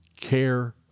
Care